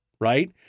right